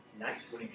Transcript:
Nice